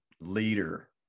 leader